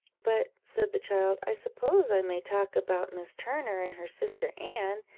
but, said the child, i suppose i may talk about miss turner and her sister anne,